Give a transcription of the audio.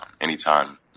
anytime